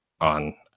on